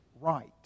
right